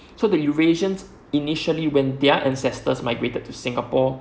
so the eurasians initially when their ancestors migrated to singapore